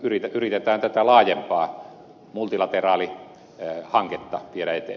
yrite tään tätä laajempaa multilateraalihanketta viedä eteenpäin